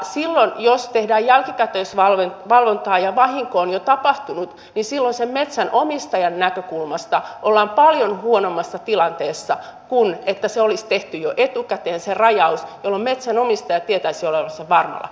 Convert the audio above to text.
silloin jos tehdään jälkikäteisvalvontaa ja vahinko on jo tapahtunut metsänomistajan näkökulmasta ollaan paljon huonommassa tilanteessa kuin silloin että olisi tehty jo etukäteen se rajaus jolloin metsänomistajan pitäisi olla selvää